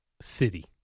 city